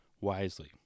wisely